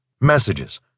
messages